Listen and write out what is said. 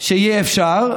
שיהיה אפשר,